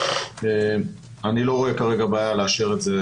אני לא רואה כרגע בעיה לאשר את זה,